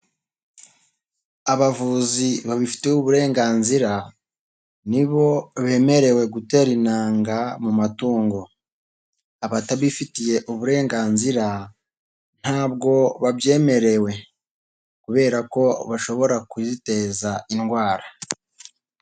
Abavuzi babifitiye uburenganzira nibo bemerewe gutera intanga mu matungo, abatabifitiye uburenganzira, ntabwo babyemerewe kubera ko bashobora kuziteza indwara.